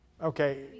Okay